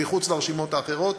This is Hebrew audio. מחוץ לרשימות האחרות,